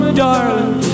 darling